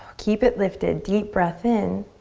keep it lifted, deep breath in.